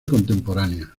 contemporánea